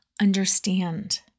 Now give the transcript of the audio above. understand